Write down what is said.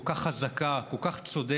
כל כך חזקה, כל כך צודקת.